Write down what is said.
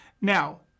Now